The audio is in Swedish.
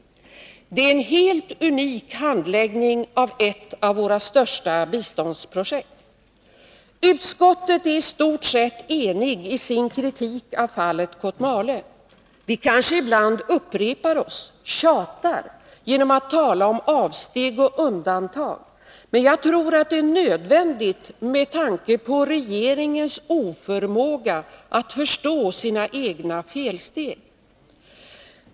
Det är en helt unik handläggning av ett av våra största biståndsprojekt. Utskottet är i stort sett enigt i sin kritik av fallet Kotmale. Vi kanske ibland upprepar oss, tjatar, genom att tala om avsteg och undantag, men jag tror att det är nödvändigt med tanke på regeringens oförmåga att förstå sina egna felsteg.